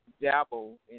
dabble